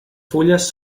fulles